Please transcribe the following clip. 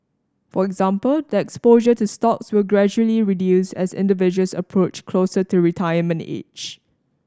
for example the exposure to stocks will gradually reduce as individuals approach closer to retirement age